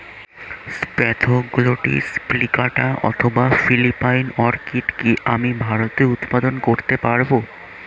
Spathoglottis plicata অথবা Philippine orchid কি আমি ভারতে উৎপাদন করতে পারবো?